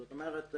זאת אומרת,